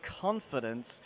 confidence